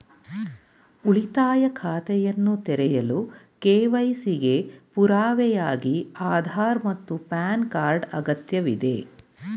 ಉಳಿತಾಯ ಖಾತೆಯನ್ನು ತೆರೆಯಲು ಕೆ.ವೈ.ಸಿ ಗೆ ಪುರಾವೆಯಾಗಿ ಆಧಾರ್ ಮತ್ತು ಪ್ಯಾನ್ ಕಾರ್ಡ್ ಅಗತ್ಯವಿದೆ